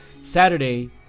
Saturday